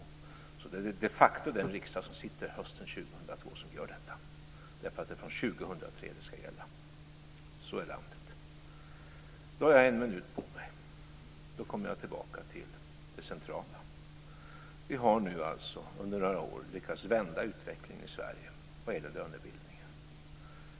Det är de facto den riksdag som sitter hösten 2002 som gör detta, därför att det är från 2003 som det ska gälla. Så ligger landet. Nu har jag en minut på mig, och jag kommer tillbaka till det centrala. Vi har alltså under några år nu lyckats vända utvecklingen i Sverige vad gäller lönebildningen.